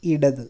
ഇടത്